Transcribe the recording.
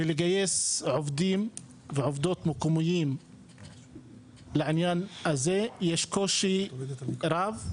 בלגייס עובדים ועובדות מקומיים לעניין הזה יש קושי רב,